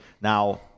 Now